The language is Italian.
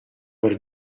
per